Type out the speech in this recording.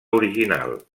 original